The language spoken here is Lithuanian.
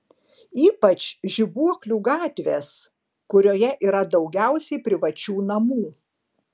ypač žibuoklių gatvės kurioje yra daugiausiai privačių namų